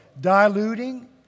diluting